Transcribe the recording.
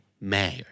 Mayor